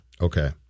Okay